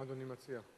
מה אדוני מציע?